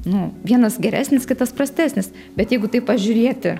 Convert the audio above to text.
nu vienas geresnis kitas prastesnis bet jeigu taip pažiūrėti